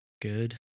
good